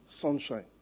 sunshine